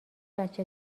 بچه